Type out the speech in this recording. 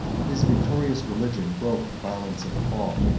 his victorious religion broke the violence of the fall,